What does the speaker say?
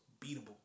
beatable